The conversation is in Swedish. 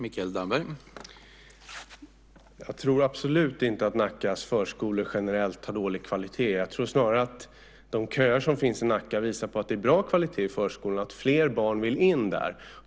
Herr talman! Jag tror absolut inte att Nackas förskolor generellt har dålig kvalitet. Jag tror snarare att de köer som finns i Nacka visar att det är bra kvalitet i förskolan och att fler barn vill in där.